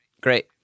great